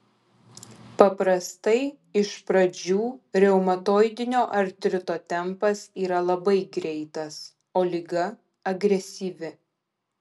paprastai iš pradžių reumatoidinio artrito tempas yra labai greitas o liga agresyvi